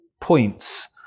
points